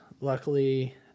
luckily